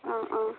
অঁ অঁ